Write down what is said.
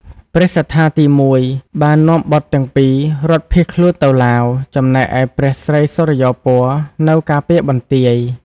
ព្រះសត្ថាទី១ បាននាំបុត្រទាំងពីររត់ភៀសខ្លួនទៅឡាវ ចំណែកឯព្រះស្រីសុរិយោពណ៌នៅការពារបន្ទាយ។